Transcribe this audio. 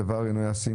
הדבר אינו ישים,